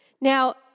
Now